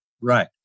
Right